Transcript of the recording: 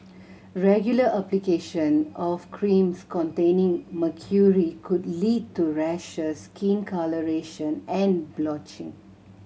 regular application of creams containing mercury could lead to rashes skin colouration and blotching